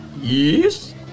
yes